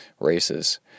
races